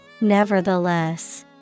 nevertheless